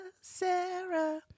Sarah